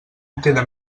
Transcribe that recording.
queda